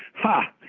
ha!